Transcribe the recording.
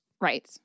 Right